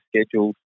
scheduled